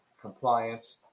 compliance